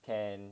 can